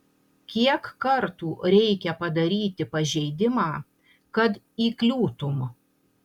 kiek kartų reikia padaryti pažeidimą kad įkliūtum